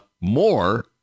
more